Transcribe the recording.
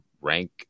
rank